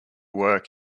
work